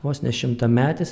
vos ne šimtametis